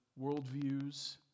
worldviews